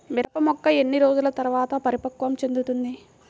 మిరప మొక్క ఎన్ని రోజుల తర్వాత పరిపక్వం చెందుతుంది?